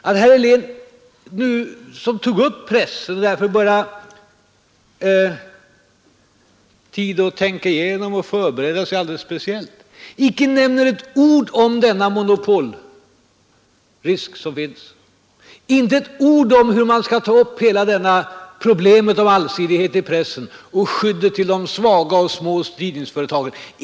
Herr Helén, som tog upp frågan om pressen och därför bör ha haft tid att tänka igenom och förbereda sig alldeles speciellt, nämner icke ett ord om den monopolrisk som finns, icke ett ord om hur man skall ta upp hela problemet om allsidighet i pressen och skyddet för de svaga och små spridningsföretagen.